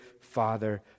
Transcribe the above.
father